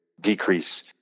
decrease